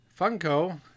Funko